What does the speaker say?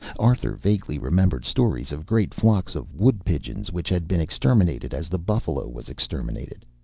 arthur vaguely remembered stories of great flocks of wood-pigeons which had been exterminated, as the buffalo was exterminated.